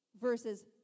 versus